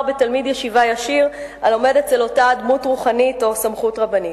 בתלמיד ישיבה הלומד אצל אותה דמות רוחנית או סמכות רבנית.